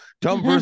Dumb